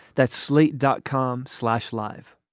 that's slate dot com slash live